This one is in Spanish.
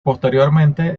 posteriormente